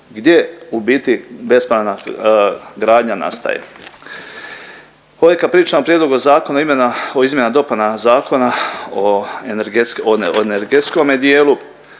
gdje u biti bespravna gradnja nastaje. Uvijek kad pričamo o prijedlogu zakona o izmjenama i dopunama zakona o energetskome dijelu,